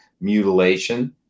mutilation